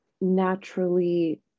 naturally